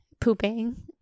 pooping